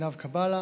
ועינב קאבלה